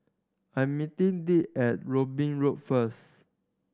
I'm meeting Dirk at Robin Road first